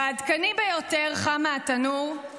והעדכני ביותר, חם מהתנור,